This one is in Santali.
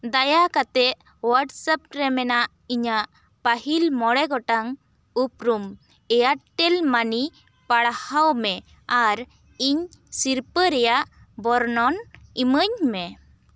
ᱫᱟᱭᱟ ᱠᱟᱛᱮᱫ ᱦᱳᱣᱟᱴᱥᱮᱯ ᱨᱮ ᱢᱮᱱᱟᱜ ᱤᱧᱟᱹᱜ ᱯᱟᱹᱦᱤᱞ ᱢᱚᱬᱮ ᱜᱚᱴᱟᱝ ᱩᱯᱨᱩᱢ ᱮᱭᱟᱨᱴᱮᱞ ᱢᱟᱱᱤ ᱯᱟᱲᱦᱟᱣ ᱢᱮ ᱟᱨ ᱤᱧ ᱥᱤᱨᱯᱟᱹ ᱨᱮᱭᱟᱜ ᱵᱚᱨᱱᱚᱱ ᱤᱢᱟᱹᱧ ᱢᱮ